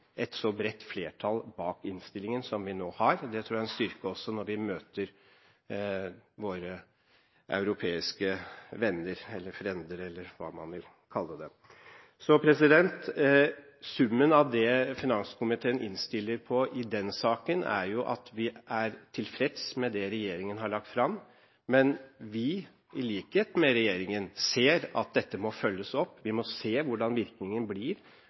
et så bredt flertall bak innstillingen som vi nå har. Det tror jeg er en styrke, også når vi møter våre europeiske venner eller frender eller hva man vil kalle det. Summen av det finanskomiteen innstiller på i den saken, er at vi er tilfreds med det regjeringen har lagt fram, men vi – i likhet med regjeringen – ser at dette må følges opp. Vi må se hvordan virkningen blir